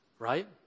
Right